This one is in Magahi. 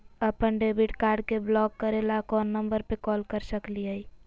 अपन डेबिट कार्ड के ब्लॉक करे ला कौन नंबर पे कॉल कर सकली हई?